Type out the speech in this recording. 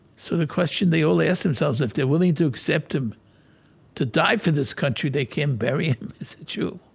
so the question they all ask themselves if they're willing to accept him to die for this country, they can't bury him as a jew.